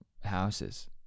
houses